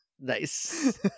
nice